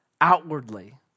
Outwardly